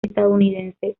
estadounidense